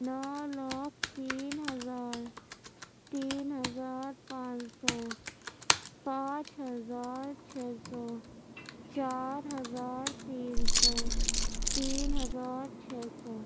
نو لاکھ تین ہزار تین ہزار پانچ سو پانچ ہزار چھ سو چار ہزار تین سو تین ہزار چھ سو